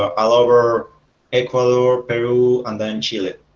all over ecuador peru and then chile